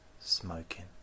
smoking